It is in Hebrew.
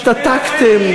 השתתקתם.